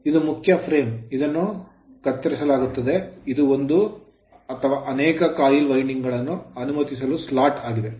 ಇದು ಮುಖ್ಯ frame frame ಇದನ್ನು ಕತ್ತರಿಸಲಾಗುತ್ತದೆ ಮತ್ತು ಇದು ಒಂದು ಅಥವಾ ಅನೇಕ coil ಕಾಯಿಲ್ ವೈಂಡಿಂಗ್ ಸ್ಥಳವನ್ನು ಅನುಮತಿಸಲು slot ಸ್ಲಾಟ್ ಆಗಿದೆ